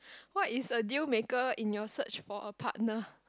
what is a deal maker in your search for a partner